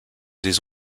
des